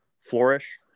flourish